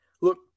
Look